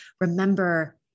remember